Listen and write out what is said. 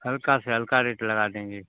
हल्का से हल्का रेट लगा देंगे